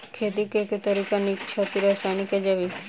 खेती केँ के तरीका नीक छथि, रासायनिक या जैविक?